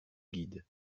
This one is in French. guide